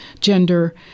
gender